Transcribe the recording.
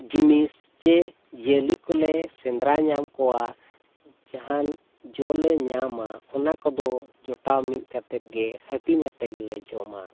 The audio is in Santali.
ᱡᱤᱱᱤᱥ ᱥᱮ ᱡᱤᱭᱟᱹᱞᱤᱠᱚᱞᱮ ᱥᱮᱸᱫᱽᱨᱟ ᱧᱟᱢᱠᱚᱣᱟ ᱡᱟᱦᱟᱱ ᱡᱚᱞᱮ ᱧᱟᱢᱟ ᱚᱱᱟ ᱠᱚᱫᱚ ᱡᱚᱴᱟᱣ ᱢᱤᱫ ᱠᱟᱛᱮᱫᱜᱮ ᱦᱟᱹᱴᱤᱧ ᱟᱛᱮᱜᱮᱞᱮ ᱡᱚᱢᱟ